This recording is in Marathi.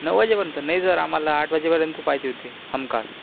नऊ वाजेपर्यंत नाही सर आम्हाला आठ वाजेपर्यंत पाहिजे होती हमखास